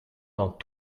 dans